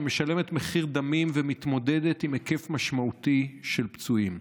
שמשלמת מחיר דמים ומתמודדת עם היקף משמעותי של פצועים.